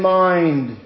mind